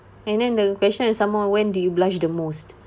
and then the question is some more when did you blushed the most